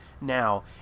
now